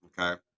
okay